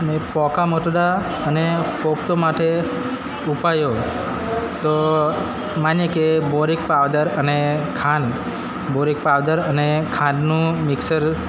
અને પોકા મોટડા અને પોખતો માટે ઉપાયો તો માનીએ કે બોરિક પાવડર અને ખાંડ બોરિક પાવડર અને ખાંડનું મિક્ષર